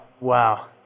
Wow